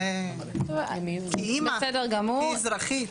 כאמא כאזרחית.